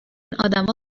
ادما